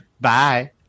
bye